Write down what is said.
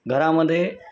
घरामध्ये